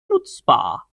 nutzbar